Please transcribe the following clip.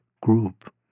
group